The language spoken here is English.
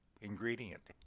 ingredient